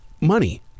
money